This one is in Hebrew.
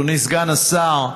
אדוני סגן השר,